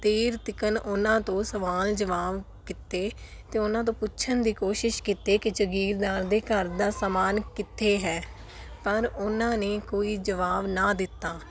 ਦੇਰ ਤਿਕਨ ਉਹਨਾਂ ਤੋਂ ਸਵਾਲ ਜਵਾਬ ਕੀਤੇ ਅਤੇ ਉਹਨਾਂ ਤੋਂ ਪੁੱਛਣ ਦੀ ਕੋਸ਼ਿਸ਼ ਕੀਤੀ ਕਿ ਜਗੀਰਦਾਰ ਦੇ ਘਰ ਦਾ ਸਮਾਨ ਕਿੱਥੇ ਹੈ ਪਰ ਉਹਨਾਂ ਨੇ ਕੋਈ ਜਵਾਬ ਨਾ ਦਿੱਤਾ